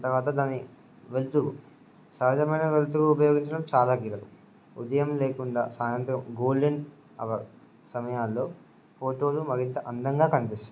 దాని తర్వాత దాని వెలుతురు సహజమైన వెలుతురు ఉపయోగించడం చాలా గిరం ఉదయం లేకుండా సాయంత్రం గోల్డెన్ అవర్ సమయాల్లో ఫోటోలు మరింత అందంగా కనిపిస్తుంది